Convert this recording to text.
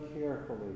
carefully